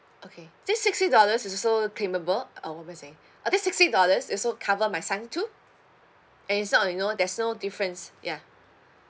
okay this sixty dollars is also claimable uh this sixty dollars also covers my son too and it's not you know there's no difference ya